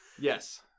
Yes